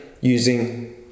using